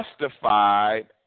justified